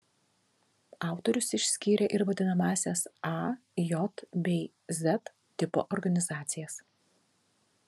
autorius išskyrė ir vadinamąsias a j bei z tipo organizacijas